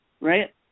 right